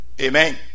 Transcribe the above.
amen